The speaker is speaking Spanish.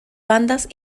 bandas